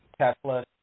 Tesla